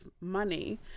money